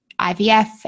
IVF